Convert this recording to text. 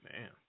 Man